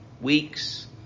weeks